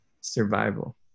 survival